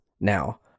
now